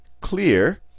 clear